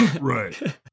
Right